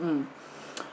mm